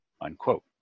unquote